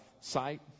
sight